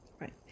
Right